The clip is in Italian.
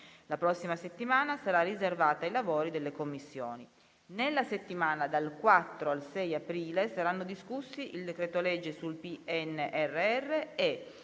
La prossima settimana sarà riservata ai lavori delle Commissioni. Nella settimana dal 4 al 6 aprile saranno discussi il decreto-legge sul PNRR e,